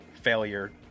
failure